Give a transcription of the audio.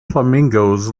flamingos